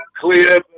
clear